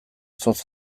zotz